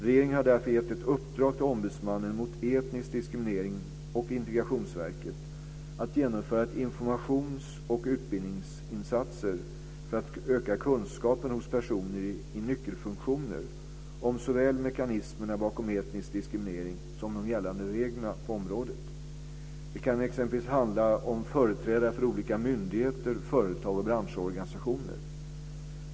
Regeringen har därför gett ett uppdrag till Ombudsmannen mot etnisk diskriminering och Integrationsverket att genomföra informations och utbildningsinsatser för att öka kunskapen hos personer i nyckelfunktioner om såväl mekanismerna bakom etnisk diskriminering som de gällande reglerna på området. Det kan t.ex. handla om företrädare för olika myndigheter, företag och branschorganisationer.